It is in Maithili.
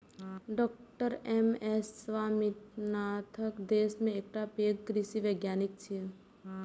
डॉ एम.एस स्वामीनाथन देश के एकटा पैघ कृषि वैज्ञानिक छियै